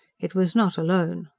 it was not alone.